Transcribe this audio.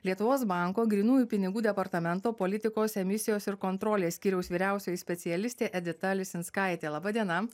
lietuvos banko grynųjų pinigų departamento politikos emisijos ir kontrolės skyriaus vyriausioji specialistė edita lisinskaitė laba diena